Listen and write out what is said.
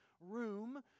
room